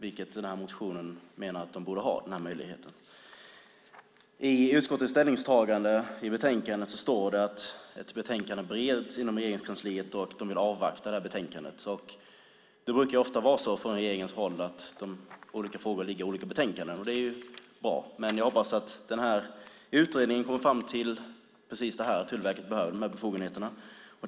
I den här reservationen menar jag att de borde ha den här möjligheten. I utskottets ställningstagande i betänkandet står det att ett betänkande bereds inom Regeringskansliet och att de vill avvakta det här betänkandet. Det brukar ofta vara så från regeringens håll att olika frågor ligger i olika betänkanden. Det är bra, men jag hoppas att den utredningen kommer fram till precis det här, att Tullverket behöver de här befogenheterna.